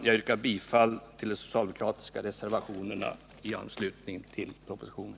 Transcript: Jag yrkar bifall till de socialdemokratiska reservationerna i anslutning till propositionen.